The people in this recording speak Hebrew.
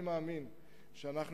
אני מאמין שאנחנו